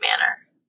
manner